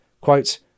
Quote